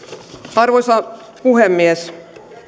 arvoisa puhemies